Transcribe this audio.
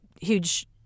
huge